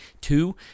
Two